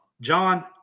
john